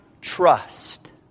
trust